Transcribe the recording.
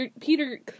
Peter